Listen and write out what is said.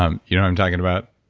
um you know i'm talking about?